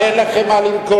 כי אין לכם מה למכור,